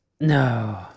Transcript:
No